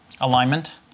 Alignment